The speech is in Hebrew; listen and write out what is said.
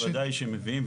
בוודאי שמביאים.